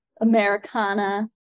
Americana